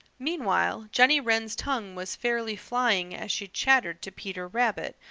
meanwhile jenny wren's tongue was fairly flying as she chattered to peter rabbit,